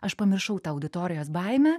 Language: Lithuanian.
aš pamiršau tą auditorijos baimę